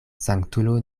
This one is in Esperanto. sanktulo